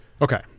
Okay